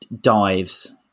dives